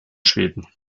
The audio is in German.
schweden